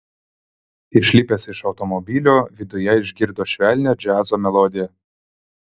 išlipęs iš automobilio viduje išgirdo švelnią džiazo melodiją